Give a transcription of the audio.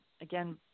again